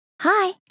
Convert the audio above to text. Hi